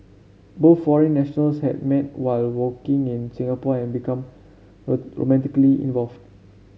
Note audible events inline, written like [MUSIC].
both foreign nationals had met while working in Singapore and become [UNINTELLIGIBLE] romantically involved